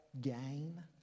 gain